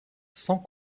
sans